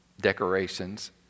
decorations